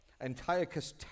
Antiochus